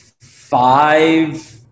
five